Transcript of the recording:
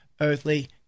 earthly